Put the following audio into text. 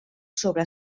sobre